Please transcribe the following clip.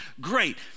great